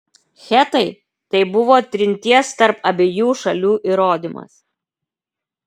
hetai tai buvo trinties tarp abiejų šalių įrodymas